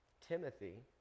Timothy